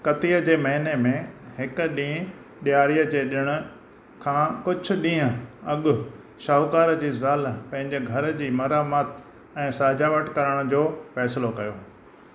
कतीअ जे महीने में हिकु ॾींहुं ॾिआरीअ जे ॾिण खां कुझु ॾींहं अॻु शाहूकार जी ज़ालि पंहिंजे घर जी मरमत ऐं सजावट करण जो फ़ैसिलो कयो